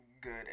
good